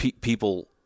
people